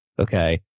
Okay